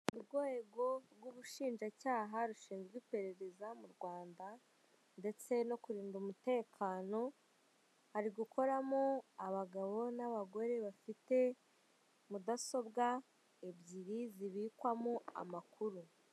Urwego rw'ubushinjacyaha rushinzwe iperereza mu rwanda, ndetse no kurinda umutekano, hari gukoramo abagabo n'abagore bafite mudasobwa ebyiri zibikwamo amakuru.